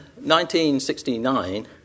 1969